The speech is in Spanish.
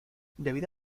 debido